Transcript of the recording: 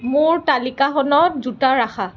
মোৰ তালিকাখনত জোতা ৰাখা